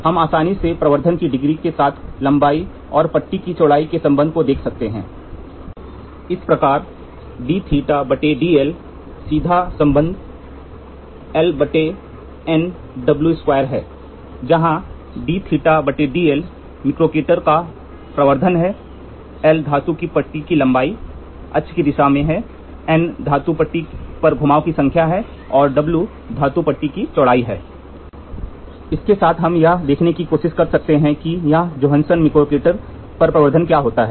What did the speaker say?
हम आसानी से प्रवर्धन की डिग्री के साथ लंबाई और पट्टी की चौड़ाई के संबंध को देख सकते ह इस प्रकार जहां मिक्रोकेटर का प्रवर्धन है l धातु की पट्टी की लंबाई तटस्थ अक्ष ई दिशा में n धातु पट्टी पर घुमावों की संख्या है और w धातु पट्टी की चौड़ाई ह इसके साथ हम यह देखने की कोशिश कर सकते हैं कि यह जोहानसन मिक्रोकेटर पर प्रवर्धन क्या होता है